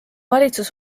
valitsus